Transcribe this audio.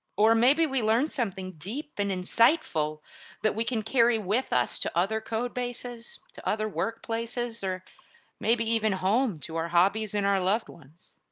or maybe we learned something deep and insightful that we can carry with us to other code bases, to other workplaces, or maybe even home to our hobbies and our loved ones.